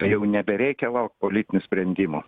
tai jau nebereikia laukt politinių sprendimų